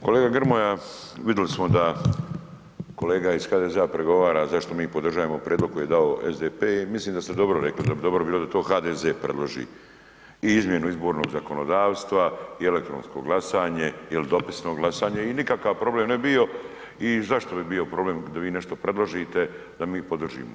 Kolega Grmoja, vidjeli smo da kolega iz HDZ-a prigovara zašto mi podržavamo prijedlog koji je dao SDP i mislim da ste dobro rekli, da i dobro bilo da to HDZ predloži i izmjenu izbornog zakonodavstva i elektronsko glasanje ili dopisno glasanje i nikakav problem ne bi bio i zašto bi bio problem da vi nešto predložite da mi podržimo?